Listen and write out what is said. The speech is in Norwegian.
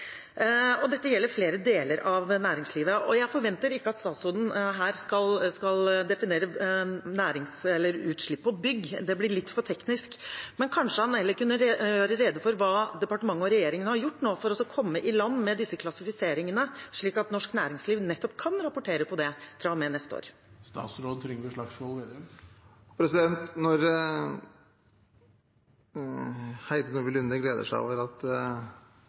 Dette gjelder flere deler av næringslivet. Jeg forventer ikke at statsråden her skal definere utslipp på bygg – det blir litt for teknisk – men kanskje han heller kunne gjøre rede for hva departementet og regjeringen har gjort for å komme i land med disse klassifiseringene, slik at norsk næringsliv kan rapportere på det fra og med neste år. Når Heidi Nordby Lunde gleder seg over at